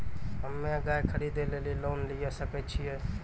हम्मे गाय खरीदे लेली लोन लिये सकय छियै?